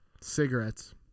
Cigarettes